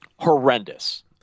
horrendous